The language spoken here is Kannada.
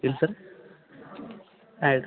ಇಲ್ಲ ಸರ್ ಆಯ್ತು